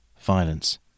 violence